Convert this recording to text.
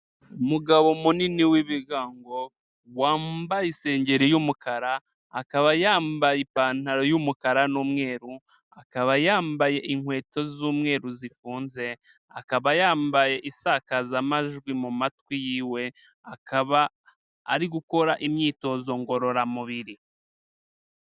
Umugabo munini w'ibigango wambaye isengeri y'umukara akaba yambaye ipantaro y'umukara numweru akaba yambaye inkweto z'umweru zifunze akaba yambaye insakazamajwi mu matwi yiwe akaba ari gukora imyitozo ngororamubiri.